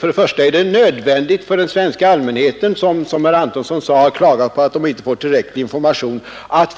För det första är det nödvändigt att den svenska allmänheten, vilken som herr Antonsson sade klagat över, att den inte får tillräcklig information,